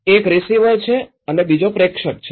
એક રીસીવર છે અને બીજો પ્રેષક છે